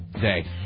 Day